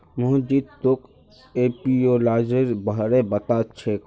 मोहित जी तोक एपियोलॉजीर बारे पता छोक